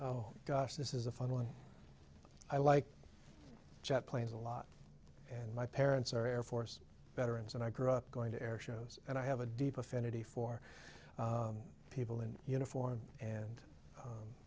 this is a fun one i like jet planes a lot and my parents are air force veterans and i grew up going to air shows and i have a deep affinity for people in uniform and